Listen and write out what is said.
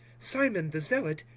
simon the zealot,